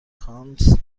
کانس